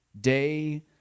Day